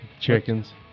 Chickens